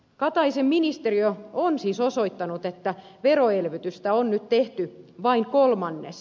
kataisen ministeriö on siis osoittanut että veroelvytystä on nyt tehty vain kolmannes